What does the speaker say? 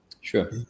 Sure